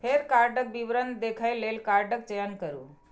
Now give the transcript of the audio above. फेर कार्डक विवरण देखै लेल कार्डक चयन करू